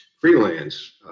freelance